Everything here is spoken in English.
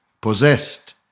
possessed